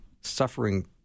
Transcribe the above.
suffering